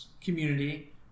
community